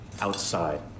outside